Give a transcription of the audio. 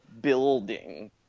building